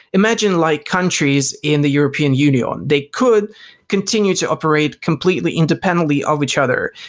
imagine like countries in the european union. they could continue to operate completely independently of each other.